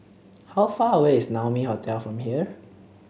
how far away is Naumi Hotel from here